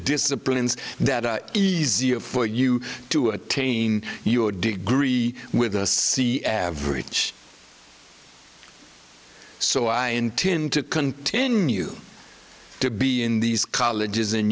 disciplines that are easier for you to attain your degree with c average so i intend to continue to be in these colleges and